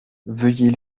veuillez